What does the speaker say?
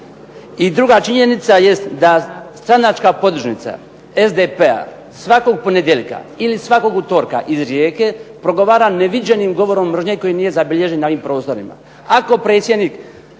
I druga činjenica jest da stranačka podružnica SDP-a svakog ponedjeljka, ili svakog utorka iz Rijeke progovara neviđenim govorom mržnje koji nije zabilježen na ovim prostorima.